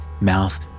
mouth